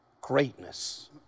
Greatness